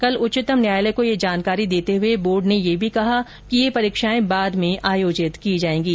कल उच्चतम न्यायालय को यह जानकारी देते हए बोर्ड ने यह भी कहा है कि ये परीक्षाएं बाद में आयोजित की जाएंगी